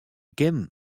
kinnen